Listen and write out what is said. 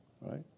right